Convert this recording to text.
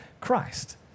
Christ